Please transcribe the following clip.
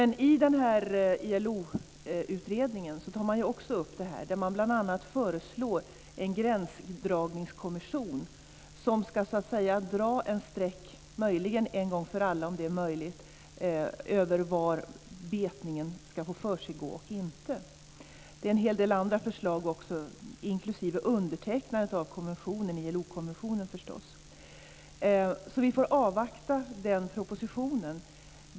I ILO-utredningen föreslår man bl.a. en gränsdragningskommission som så att säga ska dra ett streck, om möjligt en gång för alla, som säger var betet ska få försiggå och inte. Det finns också en hel del andra förslag, inklusive undertecknandet av ILO konventionen. Vi får alltså avvakta den propositionen.